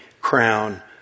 crown